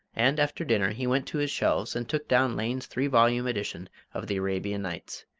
and after dinner he went to his shelves and took down lane's three-volume edition of the arabian nights,